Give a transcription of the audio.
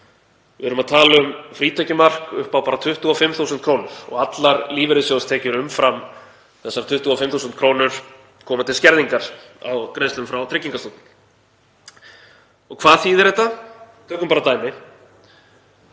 Við erum að tala um frítekjumark upp á 25.000 kr. og allar lífeyrissjóðstekjur umfram þessar 25.000 kr. koma til skerðingar á greiðslum frá Tryggingastofnun. Og hvað þýðir þetta? Tökum bara dæmi